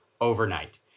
overnight